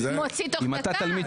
מוציא תוך דקה.